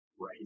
right